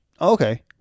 Okay